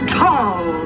tall